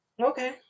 Okay